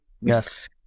yes